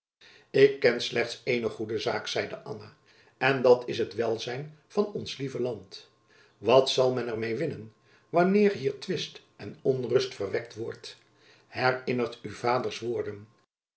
ik ken slechts eene goede zaak zeide anna en dat is het welzijn van ons lieve land wat zal men er meê winnen wanneer hier twist en onrust verwekt wordt herinner u vaders woorden